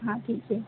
हाँ ठीक है